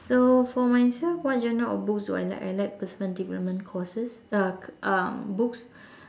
so for myself what genre of books do I like I like personal development courses uh um books